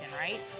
right